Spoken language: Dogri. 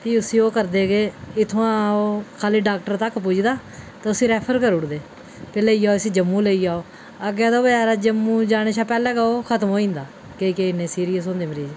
फ्ही उस्सी ओह् करदे केह् इत्थुआं ओह् खाल्ली डाक्टर तक पुजदा ते उस्सी रैफर करी ओड़दे लेई जाओ इस्सी जम्मू लेई जाओ अग्गें ओह् जम्मू जाने शा पैह्लें गै ओह् खत्म होई जंदा केईं केईं इन्ने सीरियस होंदे लोक